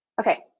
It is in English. Okay